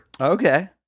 Okay